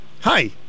Hi